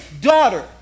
daughter